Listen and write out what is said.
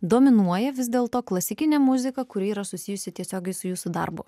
dominuoja vis dėlto klasikinė muzika kuri yra susijusi tiesiogiai su jūsų darbu